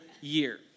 year